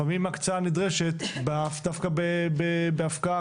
לפעמים הקצאה נדרשת דווקא בהפקעה,